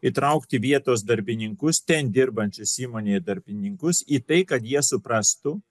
įtraukti vietos darbininkus ten dirbančius įmonėje darbininkus į tai kad jie suprastų